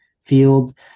field